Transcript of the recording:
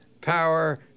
power